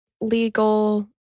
legal